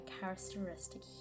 characteristic